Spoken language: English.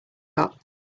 got